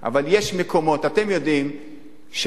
אבל יש מקומות, אתם יודעים שנכה